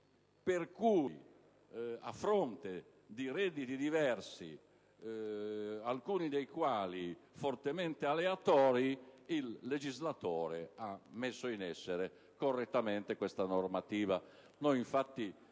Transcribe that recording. per cui, a fronte di redditi diversi, alcuni dei quali fortemente aleatori, il legislatore ha messo in essere correttamente questa normativa.